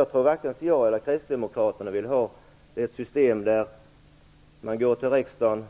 Jag tror att varken jag eller kristdemokraterna vill ha ett system där man går till riksdagen